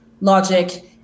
logic